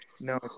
no